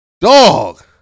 dog